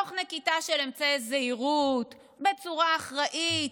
תוך נקיטה של אמצעי זהירות בצורה אחראית,